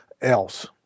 else